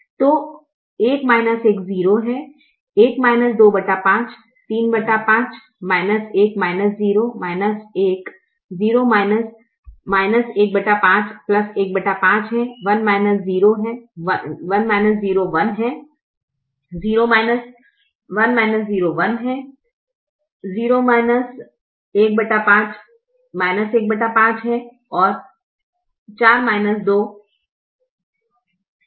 तो 1 1 0 है 1 25 35 1 0 1 0 15 15 है 1 0 1 है 0 15 15 है और 4 2 2 है